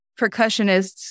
percussionists